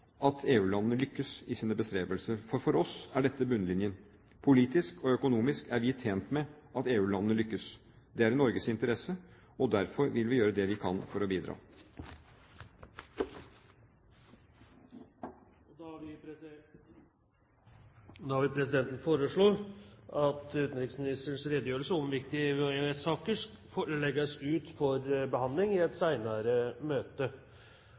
at EU-landene lykkes i sine bestrebelser. For oss er dette bunnlinjen: Politisk og økonomisk er vi tjent med at EU-landene lykkes. Det er i Norges interesse, og derfor vil vi gjøre det vi kan for å bidra. Presidenten vil foreslå at utenriksministerens redegjørelse om viktige EU- og EØS-saker legges ut for behandling i et senere møte.